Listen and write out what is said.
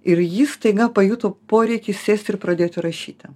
ir jis staiga pajuto poreikį sėst ir pradėti rašyti